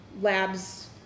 labs